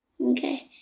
Okay